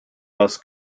bus